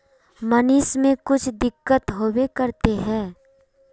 Machine में कुछ दिक्कत होबे करते है?